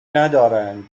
ندارند